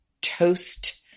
toast